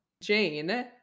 Jane